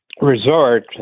resort